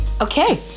Okay